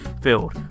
filled